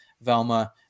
Velma